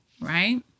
right